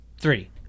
three